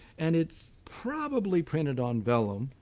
and it's probably printed on vellum,